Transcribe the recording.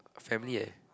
family eh